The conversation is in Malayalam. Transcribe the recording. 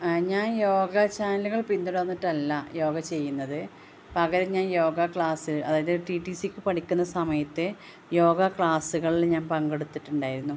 ഞാൻ യോഗ ചാനലുകൾ പിന്തുടർന്നിട്ടല്ല യോഗ ചെയ്യുന്നത് പകരം ഞാൻ യോഗ ക്ലാസിന് അതായത് ടി ടി സിക്ക് പഠിക്കുന്ന സമയത്ത് യോഗ ക്ലാസുകളിൽ ഞാൻ പങ്കെടുത്തിട്ടുണ്ടായിരുന്നു